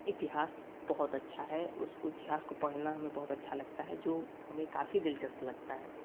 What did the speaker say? इतिहास बहुत अच्छा है उस इतिहास को पढ़ना हमें बहुत अच्छा लगता है जो हमें काफ़ी दिलचस्प लगता है